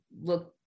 look